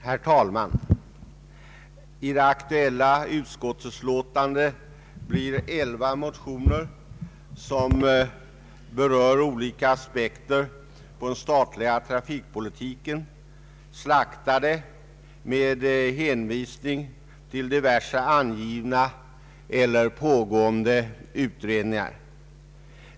Herr talman! I det aktuella utskottsutlåtandet blir elva motioner, som berör olika aspekter på den statliga trafikpolitiken, slaktade med hänvisning till diverse avgivna eller pågående utredning ar.